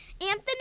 Anthony